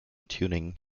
tuning